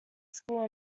school